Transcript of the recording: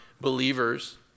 believers